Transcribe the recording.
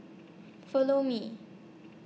Follow Me